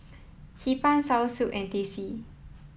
Hee Pan Soursop and Teh C